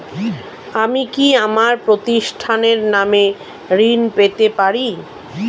আমি কি আমার প্রতিষ্ঠানের নামে ঋণ পেতে পারি?